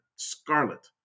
Scarlet